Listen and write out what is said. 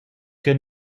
che